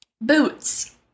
Boots